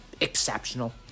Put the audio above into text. exceptional